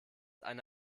eine